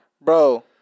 Bro